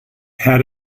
had